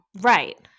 Right